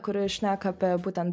kuri šneka apie būtent